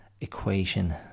equation